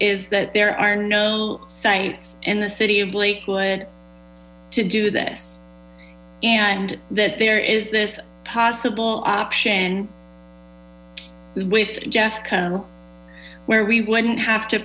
is that there are no sites in the city of lakewood to do this and that there is this possible option with jeffco where we wouldn't have to